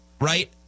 Right